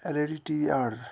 L E D T V order